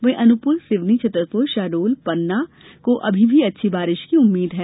वहीं अनूपपुर सिवनी छतरपुर शहडोल पन्ना को अभी भी अच्छी बारिश की उम्मीद है